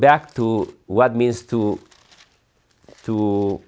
back to what means to t